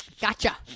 Gotcha